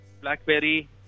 blackberry